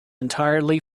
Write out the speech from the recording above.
entirely